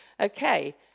Okay